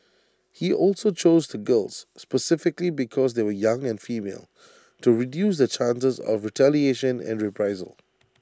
he also chose the girls specifically because they were young and female to reduce the chances of retaliation and reprisal